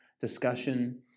discussion